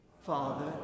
Father